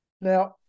Now